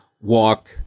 walk